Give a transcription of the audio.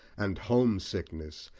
and homesickness,